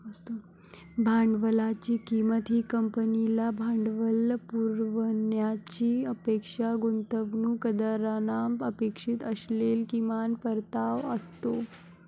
भांडवलाची किंमत ही कंपनीला भांडवल पुरवण्याची अपेक्षा गुंतवणूकदारांना अपेक्षित असलेला किमान परतावा असतो